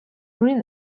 bring